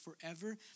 forever